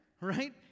Right